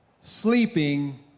sleeping